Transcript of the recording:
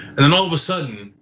and then all of a sudden,